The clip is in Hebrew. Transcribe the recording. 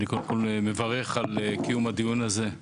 אני קודם כל מברך על קיום הדיון הזה.